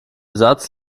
satz